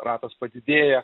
ratas padidėja